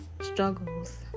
struggles